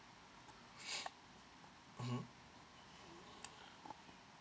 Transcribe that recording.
mmhmm